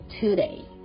today